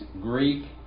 Greek